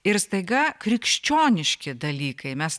ir staiga krikščioniški dalykai mes